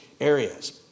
areas